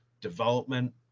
development